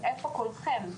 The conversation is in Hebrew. איפה קולכם?